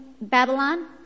Babylon